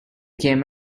came